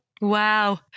Wow